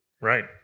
right